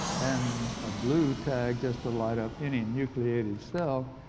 and ah blue tag just to light up any nucleated cell,